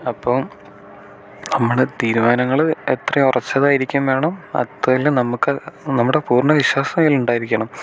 അപ്പം നമ്മൾ തീരുമാനങ്ങൾ എത്രയും ഉറച്ചതായിരിക്കുകയും വേണം അതുമല്ല നമുക്ക് നമ്മുടെ പൂർണ്ണ വിശ്വാസം അതിലുണ്ടായിരിക്കണം